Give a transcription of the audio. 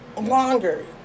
longer